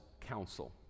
counsel